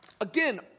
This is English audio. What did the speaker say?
Again